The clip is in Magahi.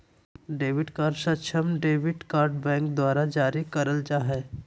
डेबिट कार्ड सक्षम डेबिट कार्ड बैंक द्वारा जारी करल जा हइ